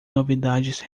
novidades